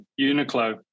Uniqlo